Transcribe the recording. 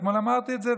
אתמול אמרתי את זה,